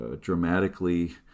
dramatically